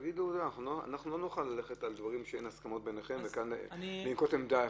אנחנו לא נוכל ללכת על דברים שאין הסכמות ביניכם ולנקוט עמדה.